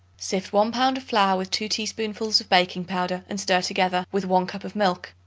sift one pound of flour with two teaspoonfuls of baking-powder and stir together with one cup of milk.